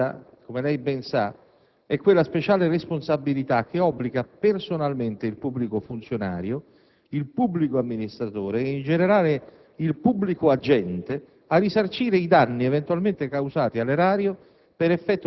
Questa, come lei ben sa, signor Ministro, è quella speciale responsabilità che obbliga personalmente il pubblico funzionario, il pubblico amministratore e, in generale, il pubblico agente a risarcire i danni eventualmente causati all'erario